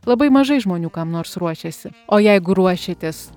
labai mažai žmonių kam nors ruošiasi o jeigu ruošiatės